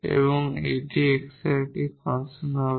এবং এটি x এর একটি ফাংশন হবে